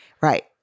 Right